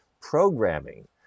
programming